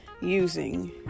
using